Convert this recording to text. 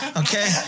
okay